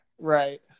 Right